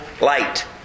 light